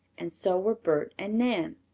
and so were bert and nan.